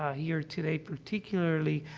ah here today, particularly,